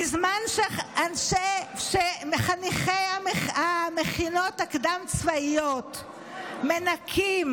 בזמן שחניכי המכינות הקדם-צבאיות מנקים,